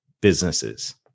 businesses